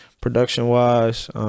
production-wise